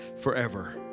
forever